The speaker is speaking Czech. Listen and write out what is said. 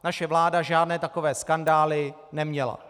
Naše vláda žádné takové skandály neměla.